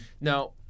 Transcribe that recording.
Now